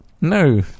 no